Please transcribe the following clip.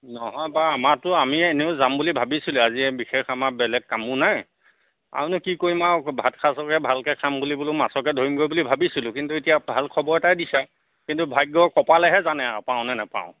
নহয় বাৰু আমাৰতো আমি এনেও যাম বুলি ভাবিছিলোঁৱেই আজি বিশেষ আমাৰ বেলেগ কামো নাই আৰুনো কি কৰিম আৰু ভাত সাঁজকে ভালকৈ খাম বুলি বোলো মাছকে ধৰিমগৈ বুলি ভাবিছিলোঁ কিন্তু এতিয়া ভাল খবৰ এটাই দিছা কিন্তু ভাগ্য কপালেহে জানে আৰু পাওঁ নে নেপাওঁ